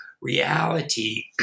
reality